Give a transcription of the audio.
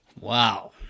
Wow